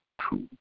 true